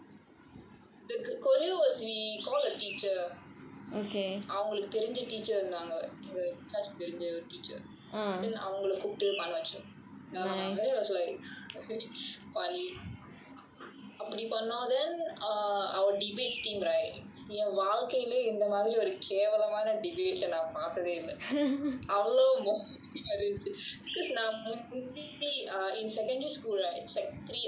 the korea was we call a teacher அவங்களுக்கு தெருஞ்ச:avangalukku therunju teacher இருந்தாங்க:irunthaanga and the in charge தெருஞ்ச ஒரு:therunja oru teacher அவங்கள கூப்பிட்டு பண்ண வச்சோம்:avangala kooppittu panna vachom ya lah then it was like funny அப்படி பண்ணோம்:appadi pannom then our debates team right என் வாழ்க்கைல இந்த மாதிரி ஒரு கேவலமான:en vaalkaila entha maathiri oru kevalamaana debate பாத்ததே இல்ல அவ்ளோ மோசமா இருந்துச்சு:pathathe illa avlo mosamaa irunthuchu because நான் வந்து:naan vanthu in secondary school right secondary three I was in debates